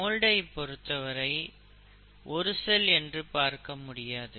mould ஐ பொறுத்தவரை ஒரு செல் என்று பார்க்க முடியாது